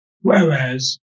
Whereas